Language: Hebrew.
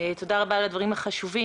תודה רבה על הדברים החשובים.